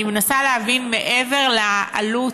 אני מנסה להבין: מעבר לעלות